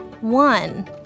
one